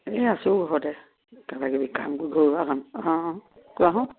এই আছোঁ ঘৰতে কিবা কিবি কাম কৰি ঘৰুৱা কাম অঁ কোৱাচোন